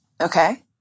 Okay